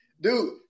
Dude